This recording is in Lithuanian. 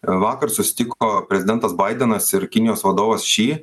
vakar susitiko prezidentas baidenas ir kinijos vadovas ši